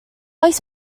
oes